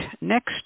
Next